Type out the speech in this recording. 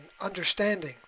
understanding